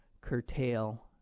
curtail